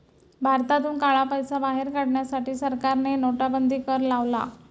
भारतातून काळा पैसा बाहेर काढण्यासाठी सरकारने नोटाबंदी कर लावला